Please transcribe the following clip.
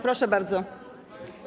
Proszę bardzo.